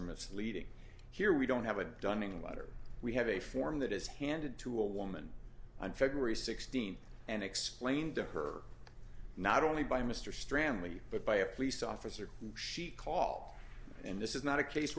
or misleading here we don't have a dunning letter we have a form that is handed to a woman on february sixteenth and explained to her not only by mr stram lee but by a police officer she call in this is not a case